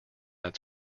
its